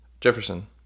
Jefferson